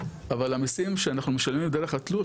אבל המיסים שאנחנו משלמים דרך התלוש,